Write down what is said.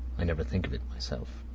i never think of it myself.